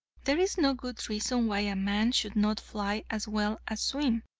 there is no good reason why a man should not fly as well as swim,